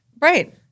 right